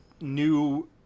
new